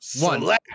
one